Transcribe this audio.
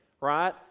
right